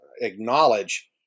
acknowledge